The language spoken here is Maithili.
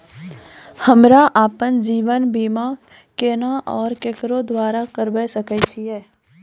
हमरा आपन जीवन बीमा केना और केकरो द्वारा करबै सकै छिये?